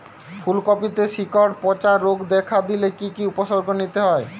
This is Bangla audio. ফুলকপিতে শিকড় পচা রোগ দেখা দিলে কি কি উপসর্গ নিতে হয়?